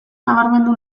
nabarmendu